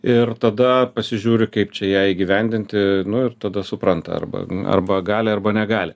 ir tada pasižiūri kaip čia ją įgyvendinti nu ir tada supranta arba arba gali arba negali